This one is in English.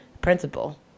principle